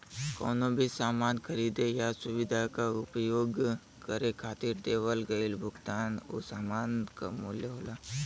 कउनो भी सामान खरीदे या सुविधा क उपभोग करे खातिर देवल गइल भुगतान उ सामान क मूल्य होला